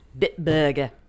Bitburger